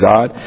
God